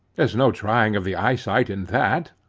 is no trying of the eyesight in that.